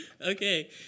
Okay